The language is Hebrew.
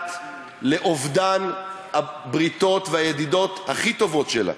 לאט-לאט לאובדן הבריתות והידידות הכי טובות שלה.